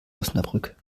osnabrück